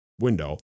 window